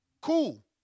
Cool